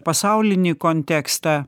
pasaulinį kontekstą